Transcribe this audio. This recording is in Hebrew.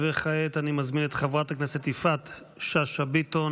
כעת אני מזמין את חברת הכנסת יפעת שאשא ביטון